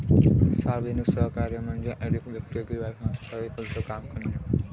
सार्वजनिक सहकार्य म्हणजे अधिक व्यक्ती किंवा संस्था एकत्र काम करणे